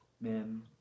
men